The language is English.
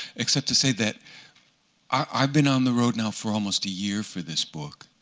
except to say that i've been on the road now for almost a year for this book.